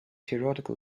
theoretical